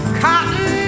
cotton